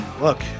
look